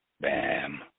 bam